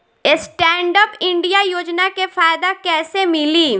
Stand up India योजना के फायदा कैसे मिली?